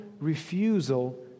refusal